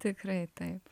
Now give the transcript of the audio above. tikrai taip